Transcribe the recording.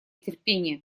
терпение